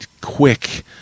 quick